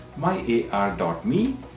myar.me